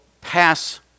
pass